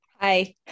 hi